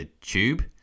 tube